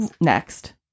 next